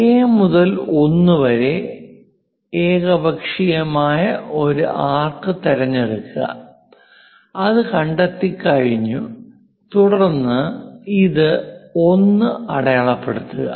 A മുതൽ 1 വരെ ഏകപക്ഷീയമായ ഒരു ആർക്ക് തിരഞ്ഞെടുക്കുക അത് കണ്ടെത്തിക്കഴിഞ്ഞു തുടർന്ന് ഇത് 1 എന്ന് അടയാളപ്പെടുത്തുക